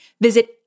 visit